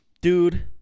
Dude